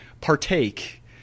partake